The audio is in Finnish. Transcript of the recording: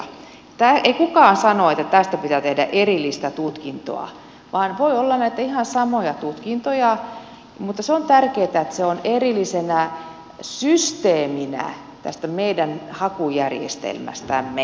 ei kukaan sano että tästä pitää tehdä erillistä tutkintoa vaan voi olla näitä ihan samoja tutkintoja mutta se on tärkeää että se on erillisenä systeeminä tästä meidän hakujärjestelmästämme